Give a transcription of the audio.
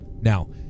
Now